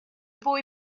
boy